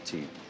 Team